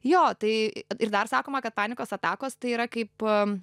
jo tai ir dar sakoma kad panikos atakos tai yra kaip a